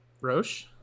Roche